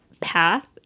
path